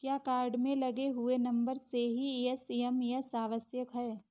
क्या कार्ड में लगे हुए नंबर से ही एस.एम.एस आवश्यक है?